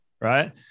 right